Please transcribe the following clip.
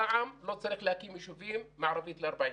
פעם לא צריך להקים יישובים מערבית ל-40.